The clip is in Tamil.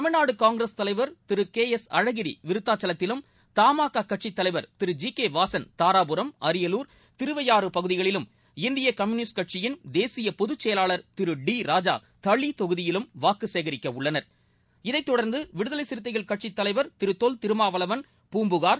தமிழ்நாடு காங்கிரஸ் தலைவர் திரு கே எஸ் அழகிரி விருத்தாசலத்திலும் தமாகா கட்சித் தலைவர் திரு ஜி கே வாசன் தாராபுரம் அரியலூர் திருவையாறு பகுதிகளிலும் இந்திய கம்யூனிஸ்ட் கட்சியின் தேசிய பொதுச் செயலாளர் திரு டி ராஜா தளி தொகுதியிலும் வாக்கு சேகரிக்க உள்ளனர் இதைத்தொடர்ந்து விடுதலை சிறுத்தைகள் கட்சித் தலைவர் திரு தொல்திருமாவளவன் பூம்புகார்